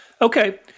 Okay